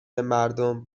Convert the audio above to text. مردم